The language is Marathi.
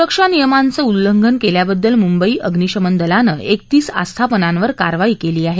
सुरक्षा नियमांचं उल्लंघन केल्याबद्दल मुंबई अभ्निशमन दलानं क्रितीस आस्थापनांवर कारवाई केली आहे